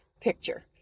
picture